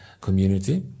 community